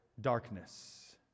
darkness